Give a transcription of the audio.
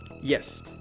yes